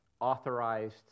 authorized